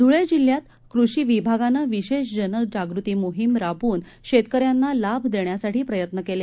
धुळे जिल्ह्यात कृषी विभागानं विशेष जनजागृती मोहीम राबवून शेतकऱ्यांना लाभ देण्यासाठी प्रयत्न केले